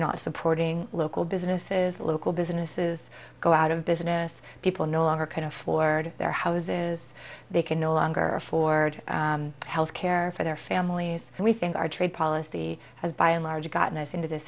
not supporting local businesses local businesses go out of business people no longer can afford their houses they can no longer afford health care for their families and we think our trade policy has by and large gotten us into this